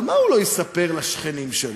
אבל מה הוא לא יספר לשכנים שלו?